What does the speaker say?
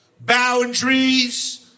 boundaries